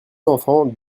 enfants